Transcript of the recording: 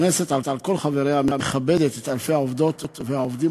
הכנסת על כל חבריה מכבדת את אלפי העובדות והעובדים